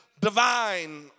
divine